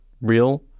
real